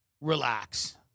relax